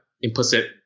implicit